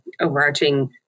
overarching